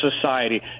society